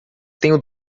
tenho